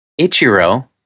Ichiro